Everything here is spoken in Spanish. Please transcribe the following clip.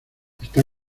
está